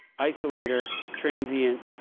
isolator, transient,